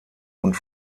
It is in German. und